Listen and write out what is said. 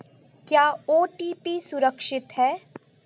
क्या ओ.टी.पी सुरक्षित है?